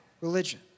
Religion